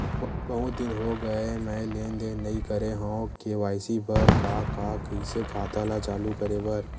बहुत दिन हो गए मैं लेनदेन नई करे हाव के.वाई.सी बर का का कइसे खाता ला चालू करेबर?